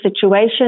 situation